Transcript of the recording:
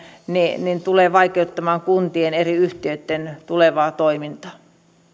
tulevat vaikeuttamaan kuntien eri yhtiöitten tulevaa toimintaa